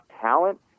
talent